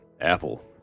Apple